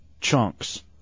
Chunks